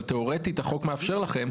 אבל תיאורטית החוק מאפשר לכם,